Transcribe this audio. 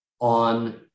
on